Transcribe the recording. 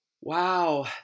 wow